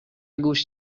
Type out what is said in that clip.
گوش